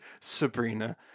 Sabrina